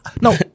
No